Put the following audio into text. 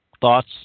thoughts